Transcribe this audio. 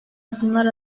adımlar